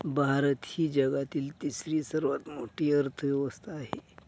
भारत ही जगातील तिसरी सर्वात मोठी अर्थव्यवस्था आहे